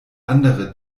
andere